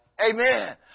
Amen